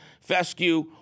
fescue